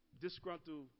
disgruntled